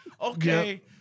Okay